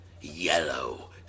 yellow